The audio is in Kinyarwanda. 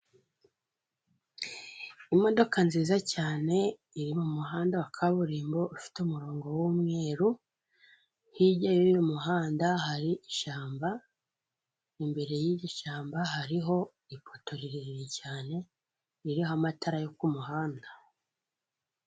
Imodoka nziza cyane iri mu muhanda wa kaburimbo, ufite umurongo w'umweru, hirya y'uyu muhanda hari ishyamba, imbere y'igishyamba hariho ipoto rirerire cyane ririho amatara yo ku muhanda.